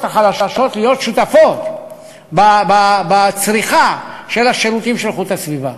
החלשות להיות שותפות בצריכה של השירותים של איכות הסביבה.